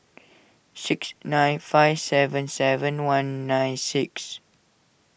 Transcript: six nine five seven seven one nine six